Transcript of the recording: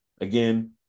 again